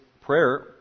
prayer